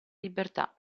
libertà